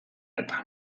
eta